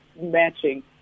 matching